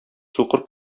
сукыр